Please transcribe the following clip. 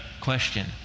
Question